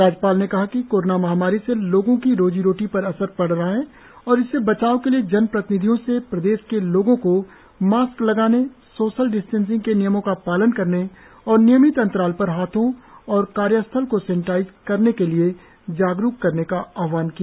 राज्यपाल ने कहा कि कोरोना महामारी से लोगों की रोजी रोटी पर असर पड़ रहा है और इससे बचाव के लिए जनप्रतिनिधियों से प्रदेश के लोगों को मास्क लगाने सोशल डिस्टेंसिंग के नियमों का पालन करने और नियमित अंतराल पर हाथों को और कार्यस्थल को सेनेटाइज करने के लिए उन्हें जागरुक करने का आहवान किया